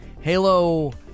Halo